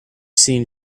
seen